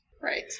Right